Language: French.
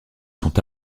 sont